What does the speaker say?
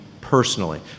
personally